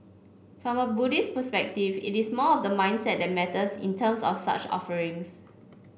from Buddhist perspective it is more of the mindset that matters in terms of such offerings